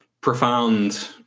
profound